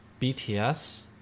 BTS